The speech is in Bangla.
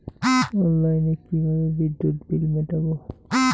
অনলাইনে কিভাবে বিদ্যুৎ বিল মেটাবো?